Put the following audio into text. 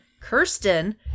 Kirsten